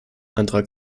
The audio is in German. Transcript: antrag